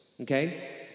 okay